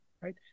right